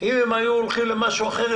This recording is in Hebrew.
אם הם היו הולכים למשהו אחר,